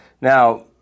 Now